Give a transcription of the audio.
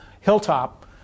hilltop